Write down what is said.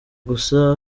gusa